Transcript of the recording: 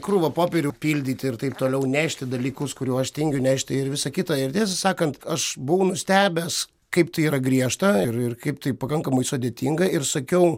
krūvą popierių pildyti ir taip toliau nešti dalykus kurių aš tingiu nešti ir visa kita ir tiesą sakant aš buvau nustebęs kaip tai yra griežta ir ir kaip tai pakankamai sudėtinga ir sakiau